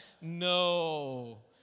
no